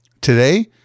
Today